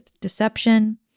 deception